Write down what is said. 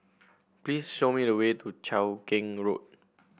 please show me the way to Cheow Keng Road